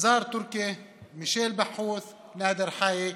הזאר תורכי, מישל בחוס, נאדר חאיק,